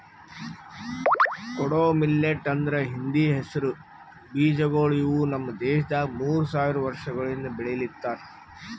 ಕೊಡೋ ಮಿಲ್ಲೆಟ್ ಅಂದುರ್ ಹಿಂದಿ ಹೆಸರು ಬೀಜಗೊಳ್ ಇವು ನಮ್ ದೇಶದಾಗ್ ಮೂರು ಸಾವಿರ ವರ್ಷಗೊಳಿಂದ್ ಬೆಳಿಲಿತ್ತಾರ್